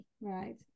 right